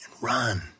run